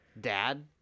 dad